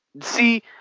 See